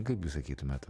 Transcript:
kaip jūs sakytumėt